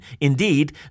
Indeed